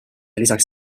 lisaks